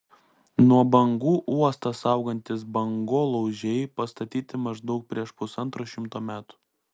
nuo bangų uostą saugantys bangolaužiai pastatyti maždaug prieš pusantro šimto metų